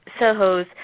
Sohos